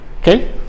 Okay